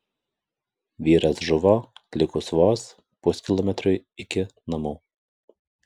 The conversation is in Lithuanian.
vyras žuvo likus vos puskilometriui iki namų